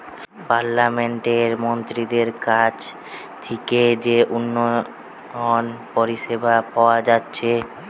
পার্লামেন্টের মন্ত্রীদের কাছ থিকে যে উন্নয়ন পরিষেবা পাওয়া যাচ্ছে